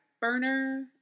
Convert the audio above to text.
burner